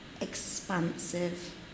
expansive